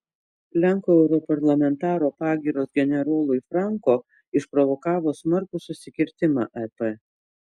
lenkų europarlamentaro pagyros generolui franco išprovokavo smarkų susikirtimą ep